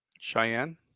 Cheyenne